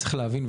צריך להבין,